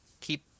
keep